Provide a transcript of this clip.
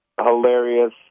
Hilarious